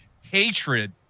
hatred